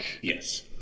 Yes